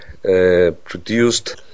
produced